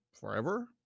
forever